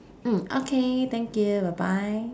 mm okay thank you bye bye